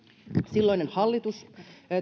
silloinen hallitus